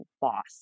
boss